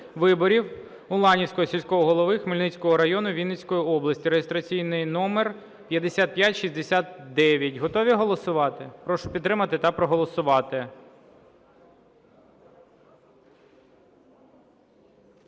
виборів Уланівського сільського голови Хмільницького району Вінницької області (реєстраційний номер 5569). Готові голосувати? Прошу підтримати та проголосувати.